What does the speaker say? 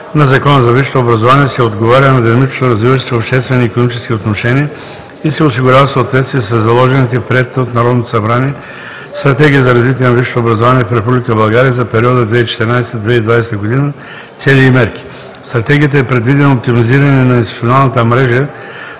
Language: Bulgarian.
на Закона за висшето образование се отговаря на динамично развиващите се обществени и икономически отношения и се осигурява съответствие със заложените в приетата от Народното събрание Стратегия за развитие на висшето образование в Република България за периода 2014 –2020 г. цели и мерки. В Стратегията е предвидено оптимизиране на институционалната мрежа